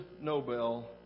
Nobel